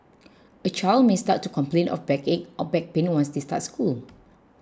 a child may start to complain of backache or back pain once they start school